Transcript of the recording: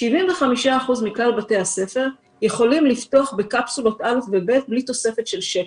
75% מכלל בתי הספר יכולים לפתוח בקפסולות א' ו-ב' בלי תוספת של שקל.